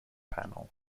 panel